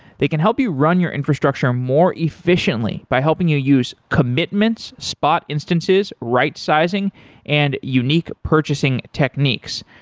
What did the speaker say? they can help you run your infrastructure more efficiently by helping you use commitments, spot instances, rightsizing and unique purchasing techniques.